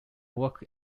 work